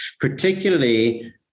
particularly